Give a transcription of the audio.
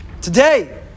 today